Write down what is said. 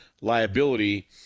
liability